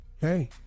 Hey